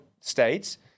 states